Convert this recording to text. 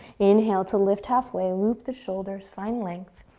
inhale to lift halfway. loop the shoulders, find length,